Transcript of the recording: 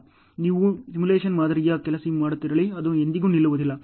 ನೀವು ಸಿಮ್ಯುಲೇಶನ್ ಮಾದರಿಯಲ್ಲಿ ಕೆಲಸ ಮಾಡುತ್ತಿರಲಿ ಅದು ಎಂದಿಗೂ ನಿಲ್ಲುವುದಿಲ್ಲ